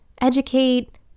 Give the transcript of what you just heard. educate